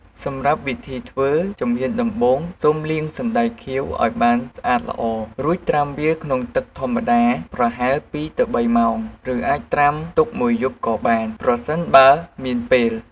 សម្រាប់វិធីធ្វើ ជំហានដំបូងសូមលាង សណ្ដែកខៀវ ឱ្យបានស្អាតល្អ រួចត្រាំវាក្នុងទឹកធម្មតាប្រហែល ២-៣ ម៉ោង ឬអាចត្រាំទុកមួយយប់ក៏បាន ប្រសិនបើមានពេល។